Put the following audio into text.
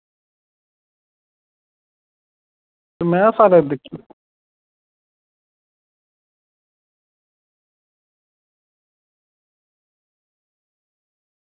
में सारे दिक्खी